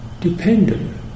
dependent